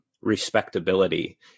respectability